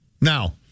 Now